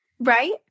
right